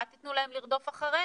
אל תיתנו להם לרדוף אחרינו.